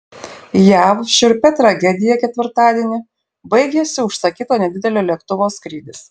jav šiurpia tragedija ketvirtadienį baigėsi užsakyto nedidelio lėktuvo skrydis